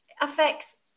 affects